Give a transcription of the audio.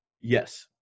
Yes